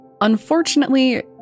Unfortunately